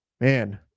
Man